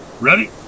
Ready